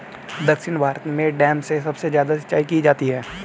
दक्षिण भारत में डैम से सबसे ज्यादा सिंचाई की जाती है